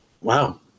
wow